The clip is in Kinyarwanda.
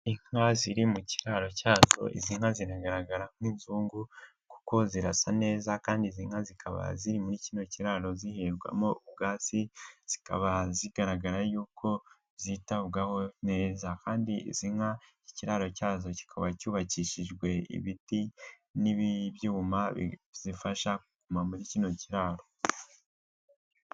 Inka ziri mu kiraro cyazo, izi nka zinagaragara nk'inzungu kuko zirasa neza kandi izi nka zikaba ziri muri kino kiraro ziherwamo ubwatsi, zikaba zigaragara yuko zitabwaho neza, kandi izi nka ikiraro cyazo kikaba cyubakishijwe ibiti n'ibi byuma bizifasha kuguma muri kino kiraro.